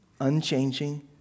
Unchanging